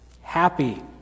happy